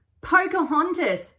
Pocahontas